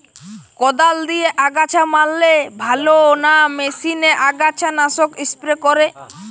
কদাল দিয়ে আগাছা মারলে ভালো না মেশিনে আগাছা নাশক স্প্রে করে?